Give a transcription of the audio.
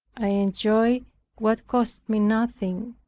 i enjoy what cost me nothing,